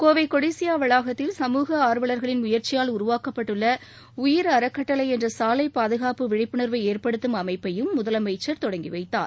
கோவை கொடிஷியா வளாகத்தில் சமூக ஆர்வலர்களின் முயற்சியால் உருவாக்கப்பட்டுள்ள உயிர் அறக்கட்டளை என்ற சாலை பாதுகாப்பு விழிப்புணர்வை ஏற்படுத்தும் அமைப்பையும் முதலமைச்சர் தொடங்கிவைத்தார்